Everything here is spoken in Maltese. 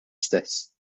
stess